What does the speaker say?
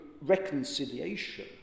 reconciliation